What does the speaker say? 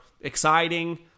exciting